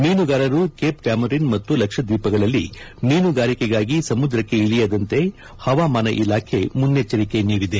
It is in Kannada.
ಮೀನುಗಾರರು ಕೇಪ್ ಕಾಮೋರಿನ್ ಮತ್ತು ಲಕ್ಷದ್ವೀಪಗಳಲ್ಲಿ ಮೀನುಗಾರಿಕೆಗಾಗಿ ಸಮುದ್ರಕ್ಕೆ ಇಳಿಯದಂತೆ ಹವಾಮಾನ ಇಲಾಖೆ ಮುನ್ನೆಚ್ಚರಿಕೆ ನೀಡಿದೆ